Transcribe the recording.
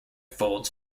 folds